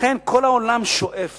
לכן כל העולם שואף